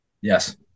Yes